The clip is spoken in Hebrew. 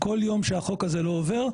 כל יום שהחוק הזה לא עובר,